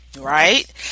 Right